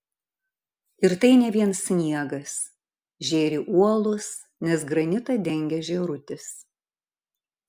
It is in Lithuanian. ir tai ne vien sniegas žėri uolos nes granitą dengia žėrutis